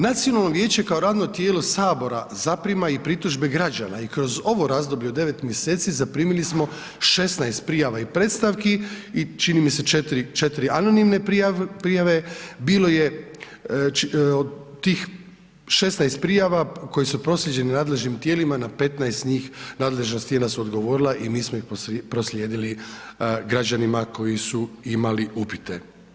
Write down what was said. Nacionalno vijeće kao radno tijelo sabora zaprima i pritužbe građana i kroz ovo razdoblje od 9 mjeseci zaprimili smo 16 prijava i predstavki i čini mi se 4 anonimne prijave, bilo je od tih 16 prijava koje su proslijeđene nadležnim tijelima na 15 njih nadležna tijela su odgovorila i mi smo ih proslijedili građanima koji su imali upite.